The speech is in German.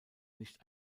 nicht